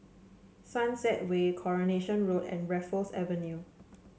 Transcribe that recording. Sunset Way Coronation Road and Raffles Avenue